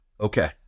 Okay